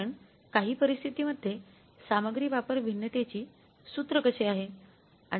कारण काही परिस्थितीमध्ये सामग्री वापर भिन्नतातिची सूत्रकसे आहे